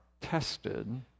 tested